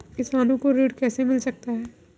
किसानों को ऋण कैसे मिल सकता है?